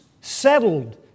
settled